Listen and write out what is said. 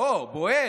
לא, בוער.